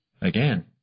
Again